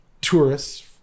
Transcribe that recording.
Tourists